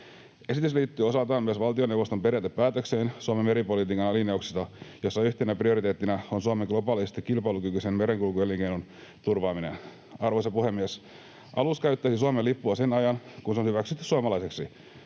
Esitys liittyy osaltaan myös valtioneuvoston periaatepäätökseen Suomen meripolitiikan linjauksesta, jossa yhtenä prioriteettina on Suomen globaalisti kilpailukykyisen merenkulkuelinkeinon turvaaminen. Arvoisa puhemies! Alus käyttäisi Suomen lippua sen ajan, kun se on hyväksytty suomalaiseksi.